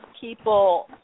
people